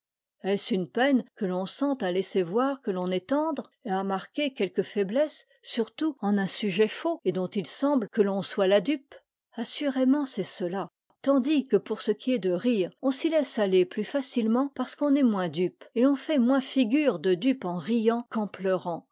est-ce une peine que l'on sent à laisser voir que l'on est tendre et à marquer quelque faiblesse surtout en un sujet faux et dont il semble que l'on soit là dupe assurément c'est cela tandis que pour ce qui est de rire on s'y laisse aller plus facilement parce qu'on est moins dupe et l'on fait moins figure de dupe en riant qu'en pleurant